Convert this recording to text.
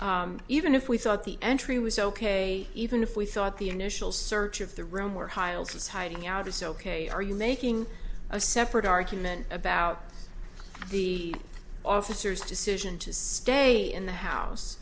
even if we thought the entry was ok even if we thought the initial search of the room where hiles is hiding out is ok are you making a separate argument about the officers decision to stay in the house